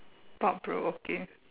thought provoking